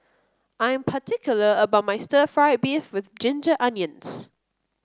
I am particular about my Stir Fried Beef with Ginger Onions